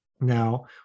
Now